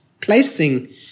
placing